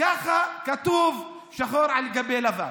ככה כתוב שחור על גבי לבן.